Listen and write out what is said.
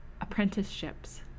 apprenticeships